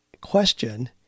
question